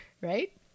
Right